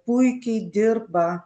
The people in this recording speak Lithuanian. puikiai dirba